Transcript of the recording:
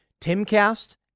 Timcast